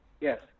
Yes